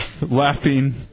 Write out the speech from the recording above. Laughing